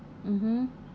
mmhmm